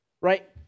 Right